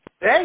Hey